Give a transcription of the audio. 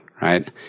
right